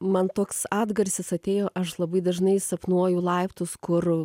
man toks atgarsis atėjo aš labai dažnai sapnuoju laiptus kur